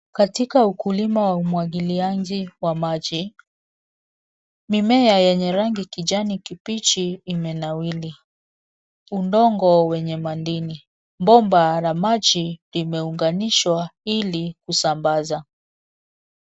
Katika ukulima wa umwagiliaji wa maji, mimea yenye rangi kijani kibichi imenawiri. Udongo wenye madini, bomba la maji limeunganishwa ili kusambaza.